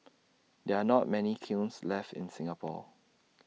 there are not many kilns left in Singapore